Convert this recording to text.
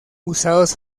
usados